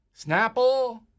Snapple